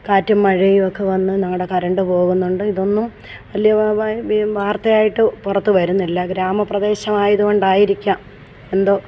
കാറ്റും മഴയും ഒക്കെ വന്ന് ഞങ്ങളുടെ കറണ്ട് പോകുന്നുണ്ട് ഇതൊന്നും വലിയ വർത്തയായിട്ട് പുറത്തു വരുന്നില്ല ഗ്രാമപ്രദേശമായതു കൊണ്ടായിരിക്കാം എന്തോ